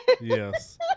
Yes